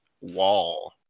Wall